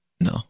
No